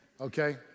Okay